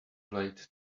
late